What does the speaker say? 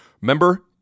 Remember